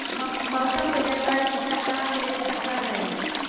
मौसम के जानकारी किसान कहा से ले सकै है?